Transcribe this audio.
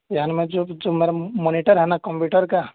یعنی میں جو جو میرا مانیٹر ہے نا کمپیوٹر کا